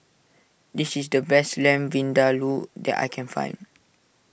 this is the best Lamb Vindaloo that I can find